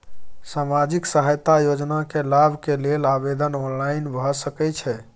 सामाजिक सहायता योजना के लाभ के लेल आवेदन ऑनलाइन भ सकै छै?